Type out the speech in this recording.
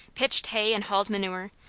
pitched hay and hauled manure,